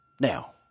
Now